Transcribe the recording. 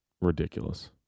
ridiculous